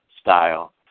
style